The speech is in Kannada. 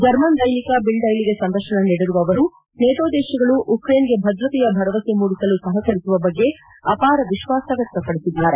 ಜರ್ಮನ್ ದೈನಿಕ ಬಿಲ್ಡ್ ಡೈಲಿಗೆ ಸಂದರ್ಶನ ನೀಡಿರುವ ಅವರು ನೆಟೋ ದೇಶಗಳು ಉಕ್ರೇನ್ಗೆ ಭದ್ರತೆಯ ಭರವಸೆ ಮೂಡಿಸಲು ಸಹಕರಿಸುವ ಬಗ್ಗೆ ಅಪಾರ ವಿಶ್ವಾಸ ವ್ಯಕ್ತಪಡಿಸಿದ್ದಾರೆ